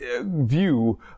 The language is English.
view